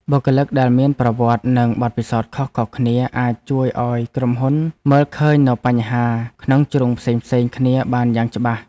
បុគ្គលិកដែលមានប្រវត្តិនិងបទពិសោធន៍ខុសៗគ្នាអាចជួយឱ្យក្រុមហ៊ុនមើលឃើញនូវបញ្ហាក្នុងជ្រុងផ្សេងៗគ្នាបានយ៉ាងច្បាស់។